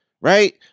Right